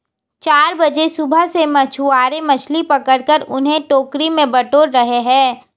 चार बजे सुबह से मछुआरे मछली पकड़कर उन्हें टोकरी में बटोर रहे हैं